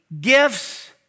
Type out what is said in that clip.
gifts